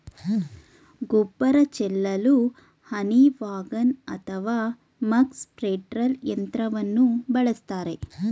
ಗೊಬ್ಬರ ಚೆಲ್ಲಲು honey wagon ಅಥವಾ ಮಕ್ ಸ್ಪ್ರೆಡ್ದರ್ ಯಂತ್ರವನ್ನು ಬಳಸ್ತರೆ